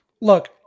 Look